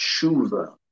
tshuva